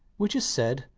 we just said,